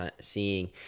seeing